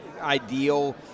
ideal